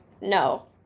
no